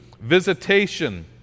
Visitation